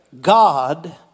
God